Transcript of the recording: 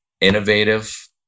innovative